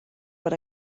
per